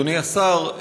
אדוני השר,